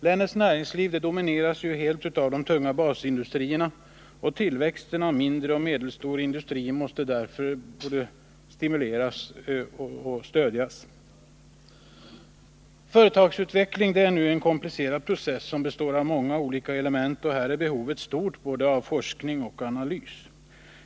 Länets näringsliv domineras helt av de tunga basindustrierna, och tillväxten av mindre och medelstor industri måste därför både stimuleras och stödjas. Företagsutveckling är en komplicerad process som består av många olika element, och här är behovet stort, både av forskning och av analys.